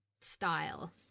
style